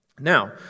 Now